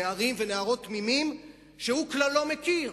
נערים ונערות תמימים שהוא כלל לא מכיר?